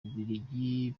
bubiligi